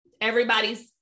everybody's